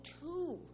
two